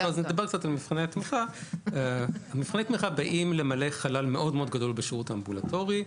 מבחני התמיכה באים למלא חלל מאוד גדול בשירות האמבולטורי.